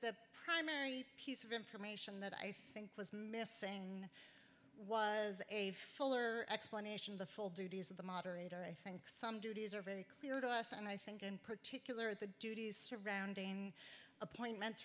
the primary piece of information that i think was missing was a fuller explanation of the full duties of the moderator i think some duties are very clear to us and i think in particular the duties surrounding appointments